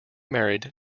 married